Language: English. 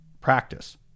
practice